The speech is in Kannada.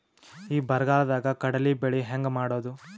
ಈ ಬರಗಾಲದಾಗ ಕಡಲಿ ಬೆಳಿ ಹೆಂಗ ಮಾಡೊದು?